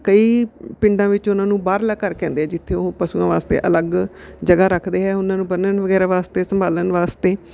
ਕਈ ਪਿੰਡਾਂ ਵਿੱਚ ਉਹਨਾਂ ਨੂੰ ਬਾਹਰਲਾ ਘਰ ਕਹਿੰਦੇ ਹੈ ਜਿੱਥੇ ਉਹ ਪਸ਼ੂਆਂ ਵਾਸਤੇ ਅਲੱਗ ਜਗ੍ਹਾ ਰੱਖਦੇ ਹੈ ਉਹਨਾਂ ਨੂੰ ਬੰਨ੍ਹਣ ਵਗੈਰਾ ਵਾਸਤੇ ਸੰਭਾਲਣ ਵਾਸਤੇ